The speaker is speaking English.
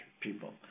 people